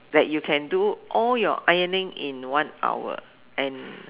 like you can do all your ironing in one hour and